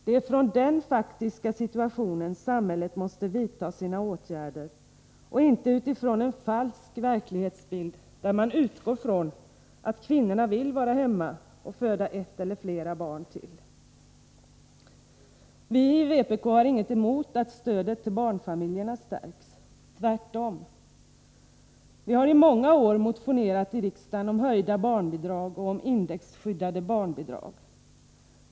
Det är från den faktiska situationen samhället måste vidta sina åtgärder och inte utifrån en falsk verklighetsbild, där man utgår från att kvinnorna vill vara hemma och föda ett eller flera barn till. Vi i vpk har ingenting emot att stödet till barnfamiljerna stärks — tvärtom. Vi har i många år motionerat i riksdagen om höjda barnbidrag och om indexskyddade barnbidrag.